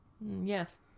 Yes